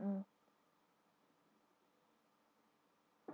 mm